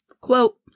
Quote